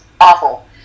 awful